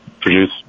produce